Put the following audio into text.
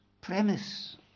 premise